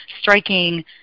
striking